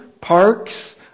parks